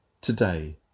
Today